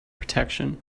protection